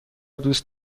دوست